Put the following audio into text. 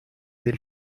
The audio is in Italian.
del